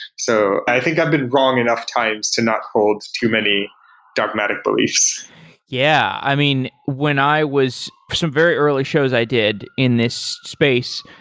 so i think i've been wrong enough times to not hold too many dogmatic beliefs yeah. i mean, when i was some very early shows i did in this space,